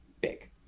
big